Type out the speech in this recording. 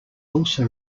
also